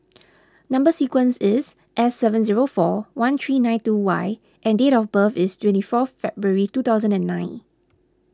Number Sequence is S seven zero four one three nine two Y and date of birth is twenty four February two thousand and nine